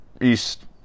East